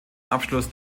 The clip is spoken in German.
abschluss